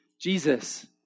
Jesus